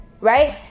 Right